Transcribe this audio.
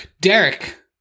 Derek